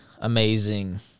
Amazing